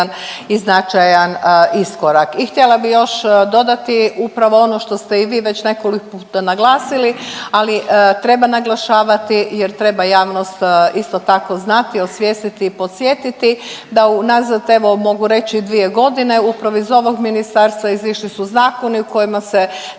I htjela bih još dodati. Upravo ono što ste i vi već nekoliko puta naglasili, ali treba naglašavati jer treba javnost isto tako znati, osvijestiti i podsjetiti da unazad evo mogu reći dvije godine upravo iz ovog ministarstva izišli su zakoni u kojima se nastojao